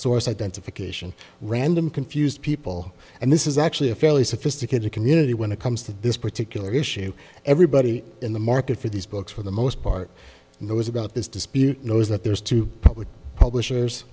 source identification random confused people and this is actually a fairly sophisticated community when it comes to this particular issue everybody in the market for these books for the most part knows about this dispute knows that there's two public publishers